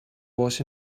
was